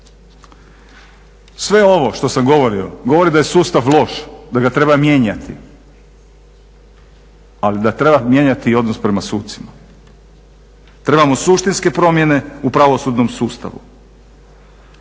Sve ovo što sam govorio, govori da je sustav loš, da ga treba mijenjati ali da treba mijenjati i odnos prema sucima. Trebamo suštinske promjene u pravosudnom sustavu.